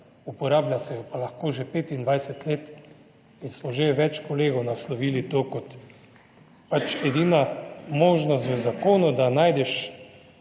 uporablja se jo pa lahko že 25 let in smo že več kolegov naslovili to kot edina možnost v zakonu, da najdeš